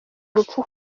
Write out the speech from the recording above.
urupfu